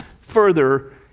further